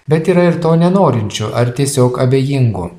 bet yra ir to nenorinčių ar tiesiog abejingų